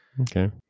Okay